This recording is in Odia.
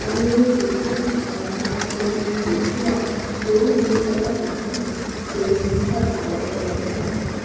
ମାନେ ଏଇ ପୃଥିବୀ ଧରାଧାମକୁ ଯଦି ଆମେ ଦେଖିବା ଯେଉଁ ଜିନିଷଟା ନାହିଁ ସେଇ ଜିନିଷଟା ଭାରତରେ ମଧ୍ୟ ନଥିବ